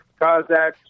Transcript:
Kazakh